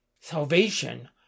Salvation